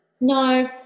no